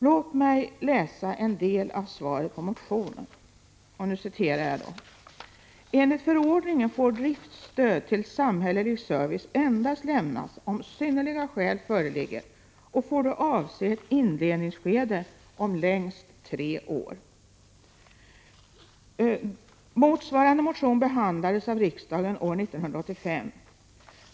Låt mig läsa en del av svaret på motionen: ”Enligt förordningen får driftstödet till samhällelig service endast lämnas om synnerliga skäl föreligger och får då avse ett inledningsskede om längst tre år. Motsvarande motion behandlades av riksdagen år 1985---.